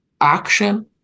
action